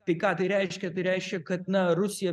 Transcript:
tai ką tai reiškia tai reiškia kad na rusija